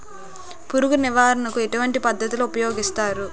పురుగు నివారణ కు ఎటువంటి పద్ధతులు ఊపయోగిస్తారు?